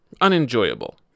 unenjoyable